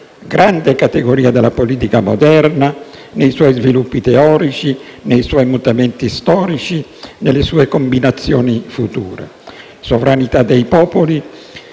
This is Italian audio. grande categoria della politica moderna, nei suoi sviluppi teorici, nei suoi mutamenti storici e nelle sue combinazioni future. Sovranità dei popoli